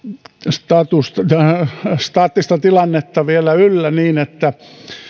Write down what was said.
staattista staattista tilannetta vielä yllä niin että